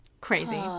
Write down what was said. crazy